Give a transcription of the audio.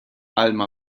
alma